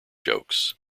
jokes